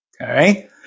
Okay